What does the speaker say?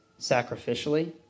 sacrificially